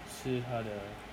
是他的